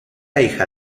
hija